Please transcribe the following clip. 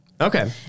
Okay